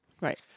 Right